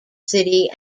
city